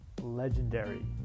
legendary